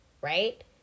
right